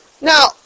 Now